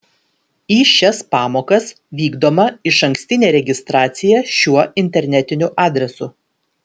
į šias pamokas vykdoma išankstinė registracija šiuo internetiniu adresu